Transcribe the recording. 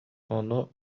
ону